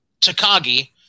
Takagi